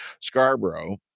Scarborough